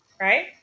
right